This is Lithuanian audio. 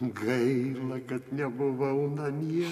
gaila kad nebuvau namie